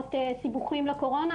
שמונעות סיבוכים לקורונה.